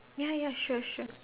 ya ya sure sure